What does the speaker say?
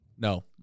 No